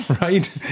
right